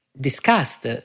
discussed